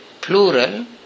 plural